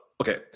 Okay